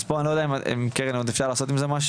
אז פה אני לא יודע אם קרן עוד אפשר לעשות עם זה משהו.